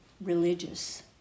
religious